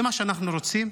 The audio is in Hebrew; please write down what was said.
זה מה שאנחנו רוצים?